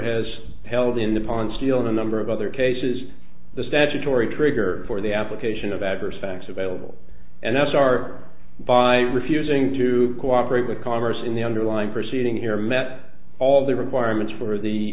has held in the ponds deal in a number of other cases the statutory trigger for the application of adverse facts available and as our by refusing to cooperate with congress in the underlying proceeding here met all the requirements for the